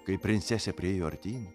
kai princesė priėjo artyn